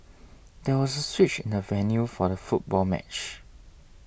there was a switch in the venue for the football match